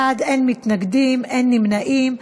25 בעד, אין מתנגדים, אין נמנעים.